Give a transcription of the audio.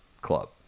club